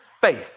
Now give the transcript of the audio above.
faith